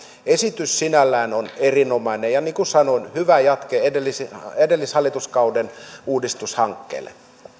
esitys sinällään on erinomainen ja niin kuin sanoin hyvä jatke edellishallituskauden uudistushankkeelle